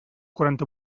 quaranta